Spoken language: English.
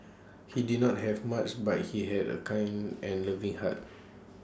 he did not have much but he had A kind and loving heart